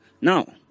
now